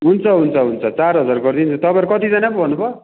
हुन्छ हुन्छ हुन्छ चार हजार गरिदिन्छु तपाईँहरू कतिजना पो भन्नुभयो